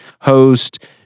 host